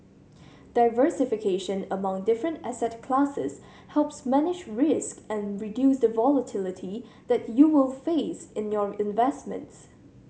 diversification among different asset classes helps manage risk and reduce the volatility that you will face in your investments